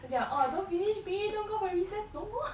他讲 orh don't finish P_E don't go fro recess don't go ah